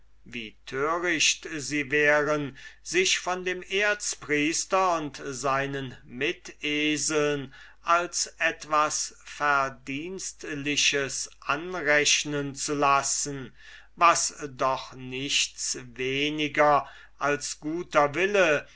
wie töricht sie wären sich von dem erzpriester und seinen miteseln als etwas verdienstliches anrechnen zu lassen was doch nichts weniger als guter wille